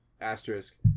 asterisk